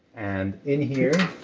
and in here,